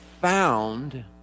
found